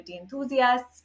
enthusiasts